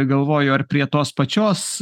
galvoju ar prie tos pačios